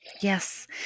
Yes